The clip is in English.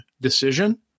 decision